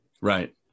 right